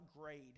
grade